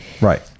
Right